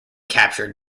captured